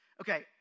Okay